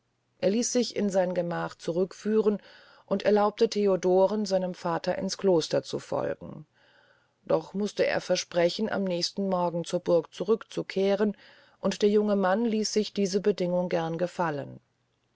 er ließ sich in sein gemach zurückführen und erlaubte theodoren seinem vater ins kloster zu folgen doch muste er versprechen am nächsten morgen zur burg zurück zu kehren und der junge mann ließ sich diese bedingung gern gefallen